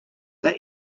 they